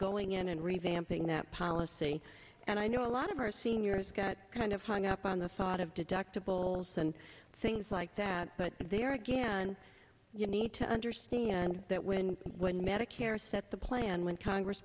going in and revamping that policy and i know a lot of our seniors got kind of hung up on the thought of deductibles and things like that but there again you need to understand that when when the medicare set the plan when congress